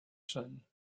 son